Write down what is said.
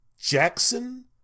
jackson